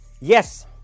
yes